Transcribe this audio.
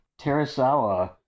Teresawa